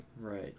Right